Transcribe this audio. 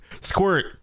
Squirt